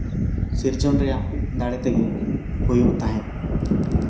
ᱥᱤᱨᱡᱚᱱ ᱨᱮᱭᱟᱜ ᱫᱟᱲᱮ ᱛᱮᱜᱮ ᱦᱩᱭᱩᱜ ᱛᱟᱦᱮᱸᱫ